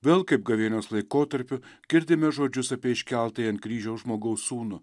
vėl kaip gavėnios laikotarpiu girdime žodžius apie iškeltąjį ant kryžiaus žmogaus sūnų